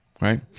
right